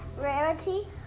Rarity